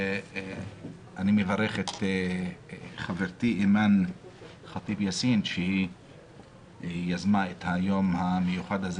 אני מברך את חברתי אימאן ח'טיב יאסין שהיא יזמה את היום המיוחד הזה